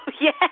Yes